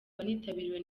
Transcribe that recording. wanitabiriwe